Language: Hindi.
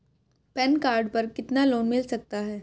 पैन कार्ड पर कितना लोन मिल सकता है?